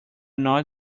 not